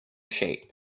shape